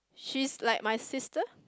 she's like my sister